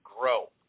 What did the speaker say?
Grow